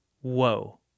whoa